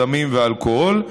סמים ואלכוהול,